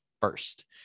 first